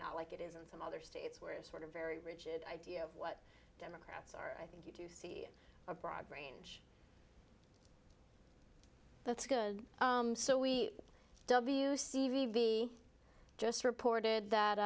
not like it is in some other states where there's sort of very rigid idea of what democrats are i think you do see a broad range that's good so we w c v just reported that